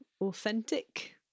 authentic